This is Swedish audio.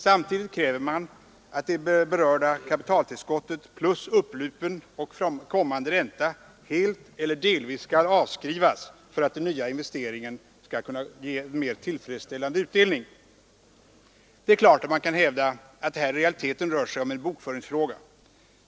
Samtidigt kräver man att det berörda kapitaltillskottet plus upplupen och kommande ränta helt eller delvis skall avskrivas för att den nya investeringen skall kunna ge en mer tillfredsställande utdelning. Det är klart att man kan hävda att det här i realiteten rör sig om en bokföringsfråga.